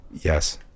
Yes